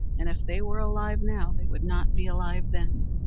and if they were alive now they would not be alive then.